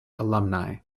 alumni